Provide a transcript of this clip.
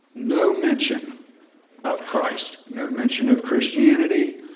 no mention of christ, no mention of christianity,